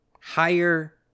higher